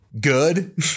good